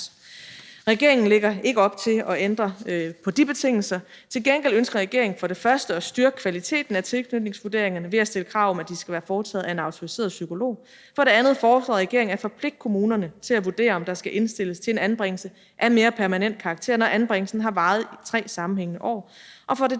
Regeringen lægger ikke op til at ændre på de betingelser. Til gengæld ønsker regeringen for det første at styrke kvaliteten af tilknytningsvurderingerne ved at stille krav om, at de skal være foretaget af en autoriseret psykolog. For det andet foreslår regeringen at forpligte kommunerne til at vurdere, om der skal indstilles til en anbringelse af mere permanent karakter, når anbringelsen har varet i 3 sammenhængende år. Og for det